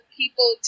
people